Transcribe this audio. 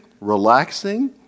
relaxing